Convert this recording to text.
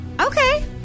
Okay